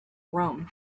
room